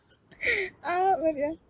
oh but ya